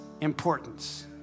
importance